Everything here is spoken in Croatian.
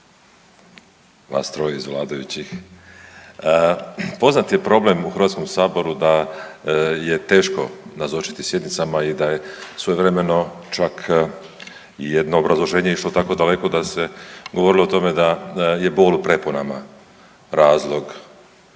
vas troje iz vladajućih, poznat je problem u Hrvatskom saboru da je teško nazočiti sjednicama i da je svojevremeno čak i jedno obrazloženje išlo tako daleko da se govorilo o tome da je bol u preponama razloga